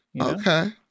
Okay